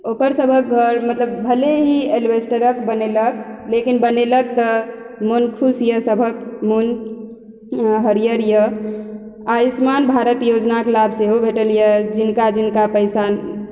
ओकर सबहक घर मतलब भले ही एल्बेस्टरक बनेलक लेकिन बनेलक तऽ मोन खुश यऽ सबहक मोन हरियर यऽ आयुष्मान योजनाके लाभ सेहो भेटल यऽ जिनका जिनका पैसा